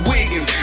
Wiggins